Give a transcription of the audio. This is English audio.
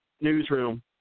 newsroom